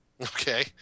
Okay